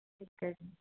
okay ਜੀ